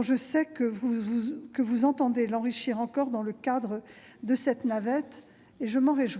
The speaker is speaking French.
je sais que vous entendez l'enrichir encore dans le cadre de la navette parlementaire,